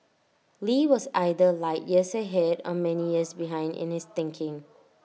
lee was either light years ahead or many years behind in his thinking